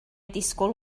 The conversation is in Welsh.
disgwyl